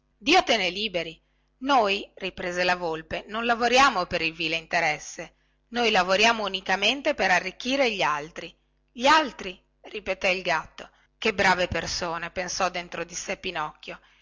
liberi te ne liberi ripeté il gatto noi riprese la volpe non lavoriamo per il vile interesse noi lavoriamo unicamente per arricchire gli altri gli altri ripeté il gatto che brave persone pensò dentro di sé pinocchio